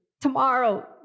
tomorrow